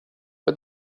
but